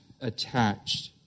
attached